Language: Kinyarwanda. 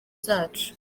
zacu